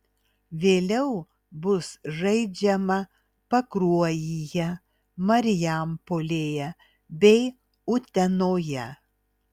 vėliau bus žaidžiama pakruojyje marijampolėje bei utenoje